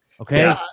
okay